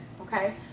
okay